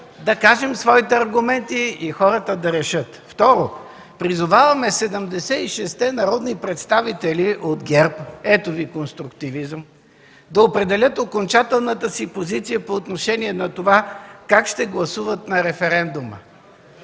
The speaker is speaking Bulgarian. Да кажем своите аргументи и хората да решат. Второ, призоваваме 76-те народни представители от ГЕРБ – ето ви конструктивизъм, да определят окончателната си позиция по отношение на това как ще гласуват на референдума.